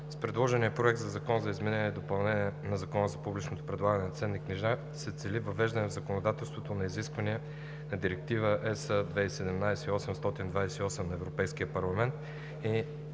С предложения Проект на закон за изменение и допълнение на Закона за публичното предлагане на ценни книжа се цели въвеждане в законодателството на изискванията на Директива (ЕС) 2017/828 на Европейския парламент и